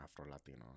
Afro-Latino